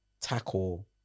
tackle